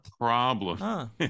problem